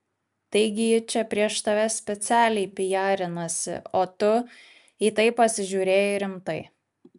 taigi ji čia prieš tave specialiai pijarinasi o tu į tai pasižiūrėjai rimtai